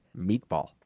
meatball